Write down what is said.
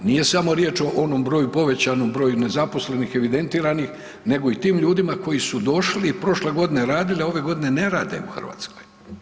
Nije samo riječ o onom povećanom broju nezaposlenih evidentiranih nego i tim ljudima koji su došli i prošle godine radili, a ove godine ne rade u Hrvatskoj.